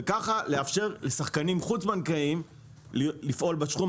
וככה לאפשר לשחקנים חוץ-בנקאיים לפעול בתחום,